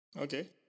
Okay